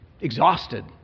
exhausted